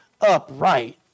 upright